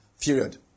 Period